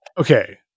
okay